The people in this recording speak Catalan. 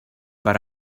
per